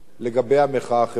לגבי המחאה החברתית.